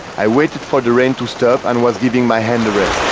i waited for the rain to stop and was leaving my hand a rest.